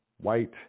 white